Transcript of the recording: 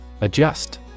Adjust